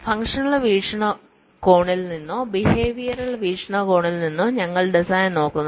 functional വീക്ഷണകോണിൽ നിന്നോ behavioural വീക്ഷണകോണിൽ നിന്നോ ഞങ്ങൾ ഡിസൈൻ നോക്കുന്നു